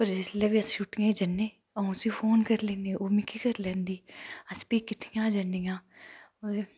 जिसलै बी अस छुट्टियें च जन्ने अऊं उसी फोन करी लैन्नी ओह् मिगी फोन करी लैंदी अस फ्ही किट्ठियां दमै जन्नियां